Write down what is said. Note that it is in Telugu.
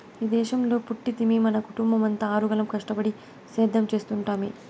ఈ దేశంలో పుట్టితిమి మన కుటుంబమంతా ఆరుగాలం కష్టపడి సేద్యం చేస్తుంటిమి